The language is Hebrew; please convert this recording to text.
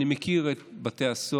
אני מכיר את בתי הסוהר,